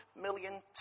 million